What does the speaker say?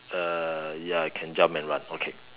uh ya it can jump and run okay